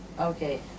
Okay